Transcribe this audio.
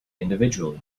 individually